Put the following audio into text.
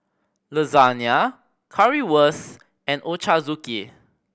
Lasagne Currywurst and Ochazuke